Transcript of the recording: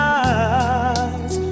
eyes